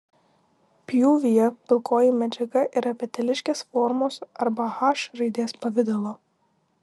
pjūvyje pilkoji medžiaga yra peteliškės formos arba h raidės pavidalo